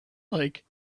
like